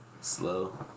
Slow